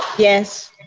yes.